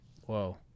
whoa